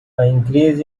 increase